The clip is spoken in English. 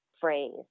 phrase